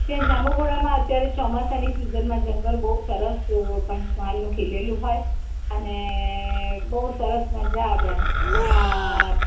ત્યાં જાંબુઘોડામાં અત્યારે ચોમાસાની સિઝનમા જંગલ બહુ સરસ પંચમહાલનું ખીલેલું હોય અને બહુ સરસ મઝા આવે હા